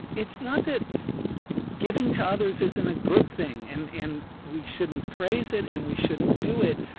it's not that giving to others isn't a good thing and and we shouldn't praise it and we shouldn't do it.